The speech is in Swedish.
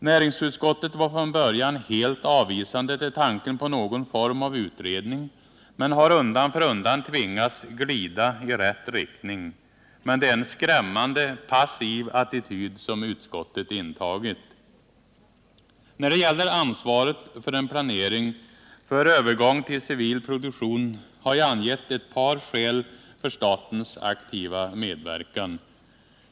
Näringsutskottet var från början helt avvisande till tanken på någon form av utredning men har undan för undan tvingats glida i rätt riktning. Det är dock en skrämmande passiv attityd som utskottet intagit. När det gäller ansvaret för en planering för övergång till civil produktion har jag angivit ett par skäl för statens aktiva medverkan.